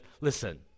listen